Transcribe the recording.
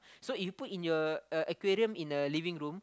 so if you put in your uh aquarium in a living room